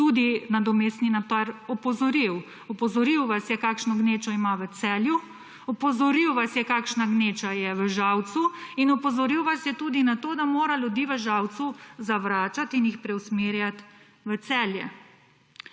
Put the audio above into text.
tudi nadomestni notar opozoril. Opozoril vas je, kakšno gnečo ima v Celju, opozoril vas je, kakšna gneča je v Žalcu, in opozoril vas je tudi na to, da mora ljudi v Žalcu zavračati in jih preusmerjati v Celje.